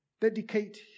dedicate